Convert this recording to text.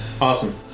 Awesome